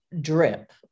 drip